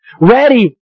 ready